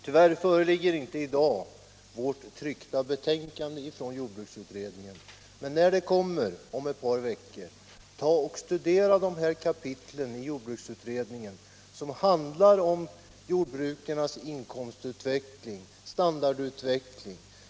Tyvärr föreligger inte i dag vårt tryckta betänkande hetsområde från jordbruksutredningen, men när det kommer om ett par veckor studera då de kapitel som handlar om jordbrukarnas inkomstutveckling och standardutveckling!